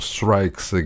Strikes